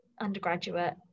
undergraduate